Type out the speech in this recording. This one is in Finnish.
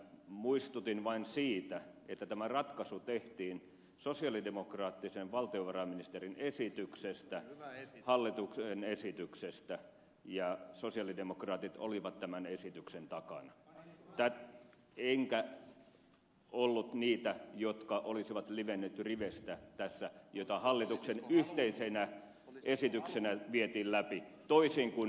muistutin vain siitä että tämä ratkaisu tehtiin sosialidemokraattisen valtiovarainministerin esityksestä hallituksen esityksestä ja sosialidemokraatit olivat tämän esityksen takana enkä ollut niitä jotka olisivat livenneet riveistä tässä kun sitä hallituksen yhteisenä esityksenä vietiin läpi toisin kuin ed